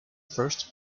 first